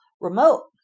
remote